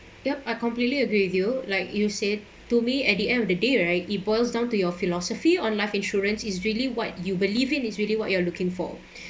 yup I completely agree with you like you said to me at the end of the day right it boils down to your philosophy on life insurance is really what you believe in is really what you are looking for